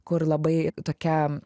kur labai tokia